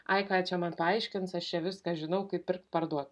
ai ką čia man paaiškins aš viską žinau kaip pirkt parduot